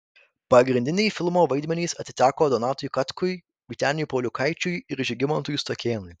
pagrindiniai filmo vaidmenys atiteko donatui katkui vyteniui pauliukaičiui ir žygimantui stakėnui